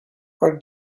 our